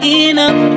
enough